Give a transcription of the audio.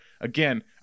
Again